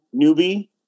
newbie